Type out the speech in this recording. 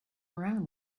around